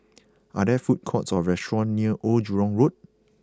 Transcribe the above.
are there food courts or restaurants near Old Jurong Road